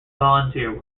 volunteer